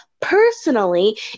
personally